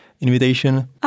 invitation